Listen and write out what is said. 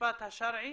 המשפט השרעי